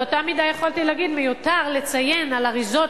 באותה מידה יכולתי להגיד: מיותר לציין על אריזות